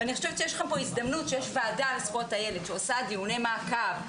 ואני חושבת שיש לכם פה הזדמנות שיש ועדה לזכויות הילד שעושה דיוני מעקב,